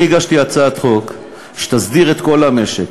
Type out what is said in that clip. אני הגשתי הצעת חוק שתסדיר את כל המשק.